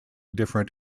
different